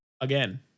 again